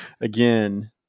again